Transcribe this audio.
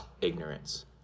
ignorance